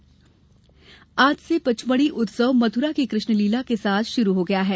पचमढ़ी उत्सव आज से पचमढ़ी उत्सव मथुरा की कृष्णलीला के साथ शुरू हो गया है